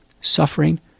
suffering